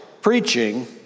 Preaching